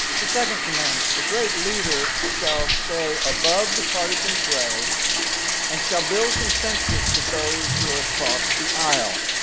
the second commandment the great leader shall stay above the partisan fray and shall build consensus with those who are across the aisle.